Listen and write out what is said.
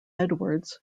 edwards